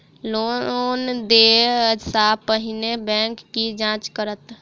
Loan देय सा पहिने बैंक की जाँच करत?